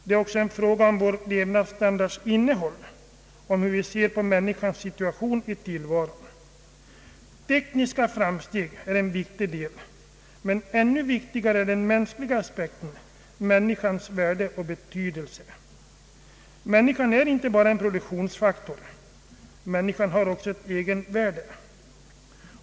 Det är också en fråga om vår levnadsstandards innehåll, om hur vi ser på människans situation i tillvaron. Tekniska framsteg är en viktig del, men ännu viktigare är den mänskliga aspekten — människans värde och betydelse. Människan är inte bara en produktionsfaktor, hon har också ett egenvärde.